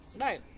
Right